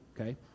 okay